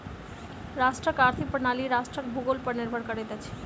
राष्ट्रक आर्थिक प्रणाली राष्ट्रक भूगोल पर निर्भर करैत अछि